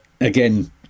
again